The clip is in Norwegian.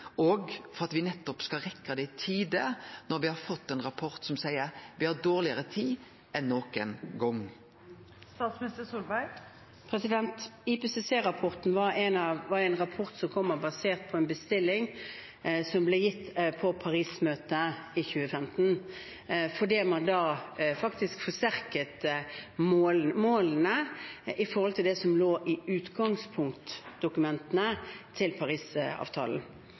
og for at me skal rekke det i tide, no når me har fått ein rapport som seier at me har dårlegare tid enn nokon gong? IPCC-rapporten var en rapport som kom basert på en bestilling som ble gitt på Paris-møtet i 2015, fordi man da faktisk forsterket målene i forhold til det som lå i utgangsdokumentene til Parisavtalen.